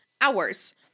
hours